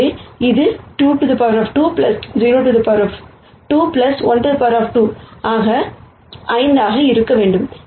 எனவே இது 22 02 12 5 ஆக இருக்க வேண்டும்